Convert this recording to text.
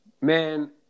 man